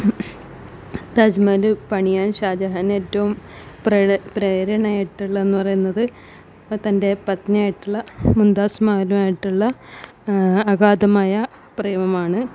താജ്മഹൽ പണിയാൻ ഷാജഹാൻ ഏറ്റവും പ്രേരണ ആയിട്ടുള്ളത് എന്നു പറയുന്നത് തന്റെ പത്നി ആയിട്ടുള്ള മുംതാസ് മഹലുമായിട്ടുള്ള അഗാധമായ പ്രേമമാണ്